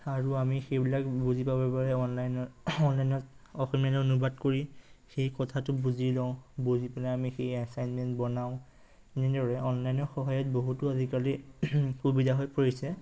আৰু আমি সেইবিলাক বুজি পাবৰ বাবে অনলাইনত অনলাইনত অসমীয়ালৈ অনুবাদ কৰি সেই কথাটো বুজি লওঁ বুজি পেলাই আমি সেই এচাইনমেণ্ট বনাওঁ এনেদৰে অনলাইনৰ সহায়ত বহুতো আজিকালি সুবিধা হৈ পৰিছে